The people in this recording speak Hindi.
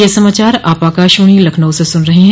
ब क यह समाचार आप आकाशवाणी लखनऊ से सुन रहे हैं